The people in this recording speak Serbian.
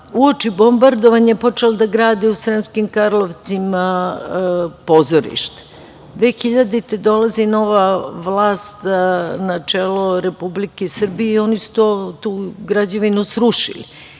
uoči bombardovanja je počela da gradi u Sremskim Karlovcima pozorište. Godine 2000. dolazi nova vlast na čelo Republike Srbije i oni su tu građevinu srušili